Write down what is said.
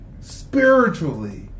spiritually